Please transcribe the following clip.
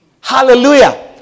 Hallelujah